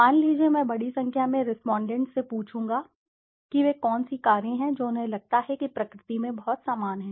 मान लीजिए मैं बड़ी संख्या में रेस्पोंडेंट्स से पूछूंगा और उनसे पूछूंगा कि वे कौन सी कारें हैं जो उन्हें लगता है कि प्रकृति में बहुत समान हैं